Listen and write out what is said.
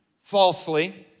falsely